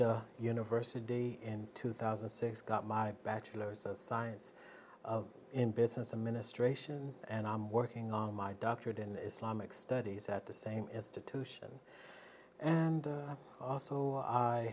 from university in two thousand and six got my bachelors of science in business administration and i'm working on my doctorate in islamic studies at the same institution and also